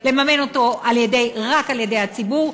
לממן אותו רק על-ידי הציבור,